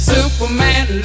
Superman